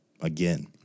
Again